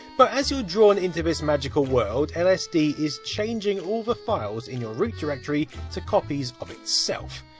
but, as you're drawn into this magical world, lsd is changing all the files in your root directory to copies of itself.